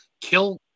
Kill